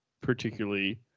particularly